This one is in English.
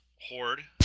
Horde